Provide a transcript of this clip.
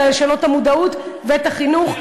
אלא לשנות את המודעות ואת החינוך.